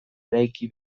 eraiki